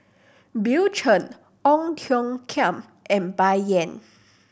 Bill Chen Ong Tiong Khiam and Bai Yan